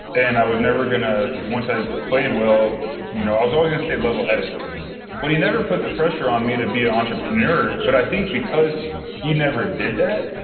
and i was never going to, once i played well you know i was always going to stay levelheaded but he never put the pressure on me to be an entrepreneur, but i think because he never did that,